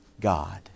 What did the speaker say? God